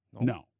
no